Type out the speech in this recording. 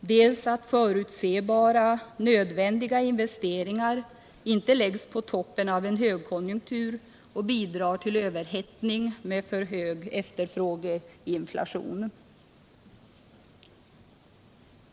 dels att förutsebara nödvändiga investeringar inte läggs på toppen av en högkonjunktur och bidrar till överhettning med för hög efterfrågeinflation.